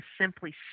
simply